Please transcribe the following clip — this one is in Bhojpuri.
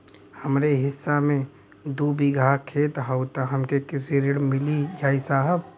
हमरे हिस्सा मे दू बिगहा खेत हउए त हमके कृषि ऋण मिल जाई साहब?